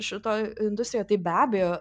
šitoj industrijoj tai be abejo